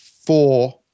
four